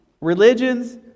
religions